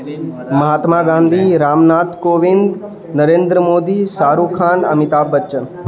Mahatma Gandhi Ram Nath Kovind Narendra Modi Shah Rukh Khan Amitabh Bachchan